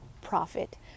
profit